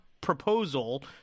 proposal